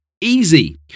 easy